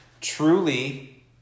truly